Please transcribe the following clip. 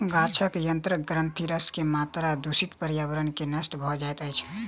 गाछक सयंत्र ग्रंथिरस के मात्रा दूषित पर्यावरण में नष्ट भ जाइत अछि